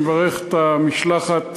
אני מברך את משלחת